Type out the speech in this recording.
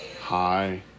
Hi